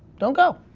don't go,